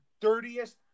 dirtiest